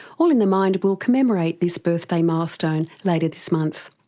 all in the mind will commemorate this birthday milestone later this month.